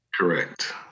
Correct